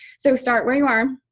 so start where you are.